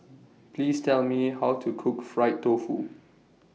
Please Tell Me How to Cook Fried Tofu